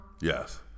Yes